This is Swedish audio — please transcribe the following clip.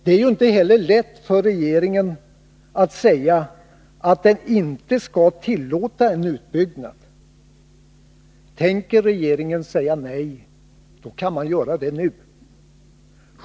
Det är ju inte heller lätt för regeringen att säga att den inte skall tillåta en utbyggnad. Tänker regeringen säga nej, kan den göra det nu.